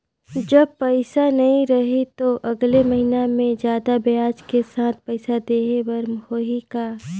जब पइसा नहीं रही तो अगले महीना मे जादा ब्याज के साथ पइसा देहे बर होहि का?